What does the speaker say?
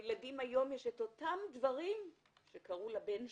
שלילדים היום יש את אותם דברים שקרו לבן שלי.